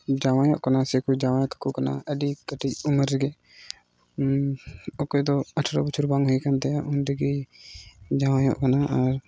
ᱡᱟᱶᱟᱭᱚᱜ ᱠᱟᱱᱟ ᱥᱮᱠᱚ ᱡᱟᱶᱟᱭ ᱠᱟᱠᱚ ᱠᱟᱱᱟ ᱟᱹᱰᱤ ᱠᱟᱹᱴᱤᱡ ᱩᱢᱮᱨ ᱨᱮᱜᱮ ᱚᱠᱚᱭ ᱫᱚ ᱟᱴᱷᱨᱚ ᱵᱚᱪᱷᱚᱨ ᱵᱟᱝ ᱦᱩᱭ ᱟᱠᱟᱱ ᱛᱟᱭᱟ ᱩᱱ ᱨᱮᱜᱮ ᱡᱟᱶᱟᱭᱚᱜ ᱠᱟᱱᱟ ᱟᱨ